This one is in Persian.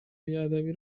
بیادبی